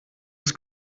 ist